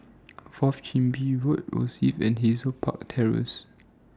Fourth Chin Bee Road Rosyth and Hazel Park Terrace